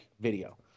video